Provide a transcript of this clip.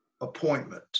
appointment